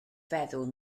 feddwl